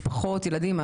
משפחות וילדים.